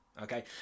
Okay